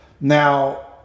Now